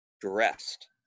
dressed